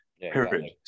Period